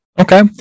Okay